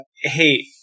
Hey